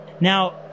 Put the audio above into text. Now